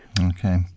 Okay